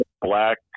black